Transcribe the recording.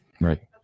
Right